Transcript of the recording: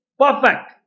perfect